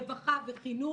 רווחה וחינוך,